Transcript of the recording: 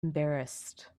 embarrassed